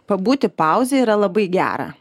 pabūti pauzėj yra labai gera